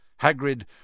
Hagrid